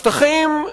השטחים,